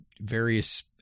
various